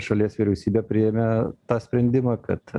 šalies vyriausybė priėmė tą sprendimą kad